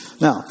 Now